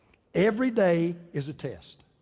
everyday is a test.